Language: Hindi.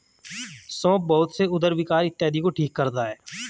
सौंफ बहुत से उदर विकार इत्यादि को ठीक करता है